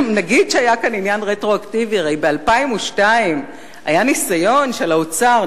שלא לדבר על כך שב-2002 היה ניסיון של האוצר,